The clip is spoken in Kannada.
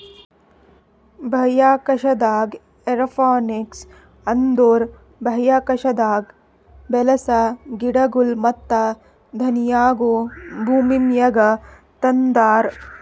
ಬಾಹ್ಯಾಕಾಶದಾಗ್ ಏರೋಪೋನಿಕ್ಸ್ ಅಂದುರ್ ಬಾಹ್ಯಾಕಾಶದಾಗ್ ಬೆಳಸ ಗಿಡಗೊಳ್ ಮತ್ತ ಧಾನ್ಯಗೊಳ್ ಭೂಮಿಮ್ಯಾಗ ತಂದಾರ್